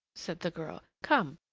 said the girl. come,